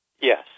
Yes